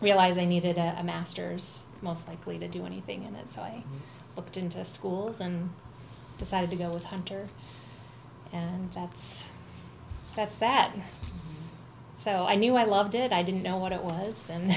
realized i needed a master's most likely to do anything in it so i looked into schools and decided to go with hunter and that's that's that and so i knew i loved it i didn't know what it was and